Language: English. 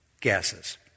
gases